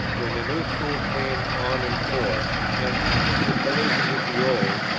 when the new school came on in force, and into collision with the old,